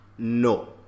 No